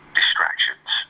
distractions